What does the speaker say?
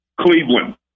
Cleveland